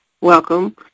welcome